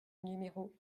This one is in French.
numéro